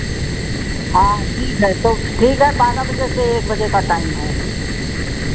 हाँ ठीक है तो ठीक है बारह बजे से एक बजे का टाइम है